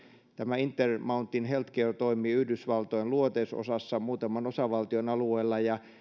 tämä intermountain healthcare toimii yhdysvaltojen luoteisosassa muutaman osavaltion alueella ja